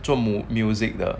做么 music 的